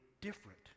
different